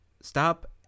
stop